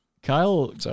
Kyle